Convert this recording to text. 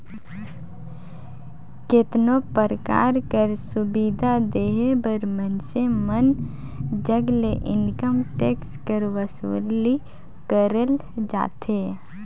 केतनो परकार कर सुबिधा देहे बर मइनसे मन जग ले इनकम टेक्स कर बसूली करल जाथे